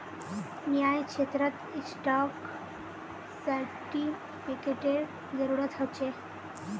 न्यायक्षेत्रत स्टाक सेर्टिफ़िकेटेर जरूरत ह छे